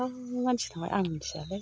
हौ मानसि थांबाय आं मिनथिलालै